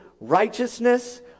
righteousness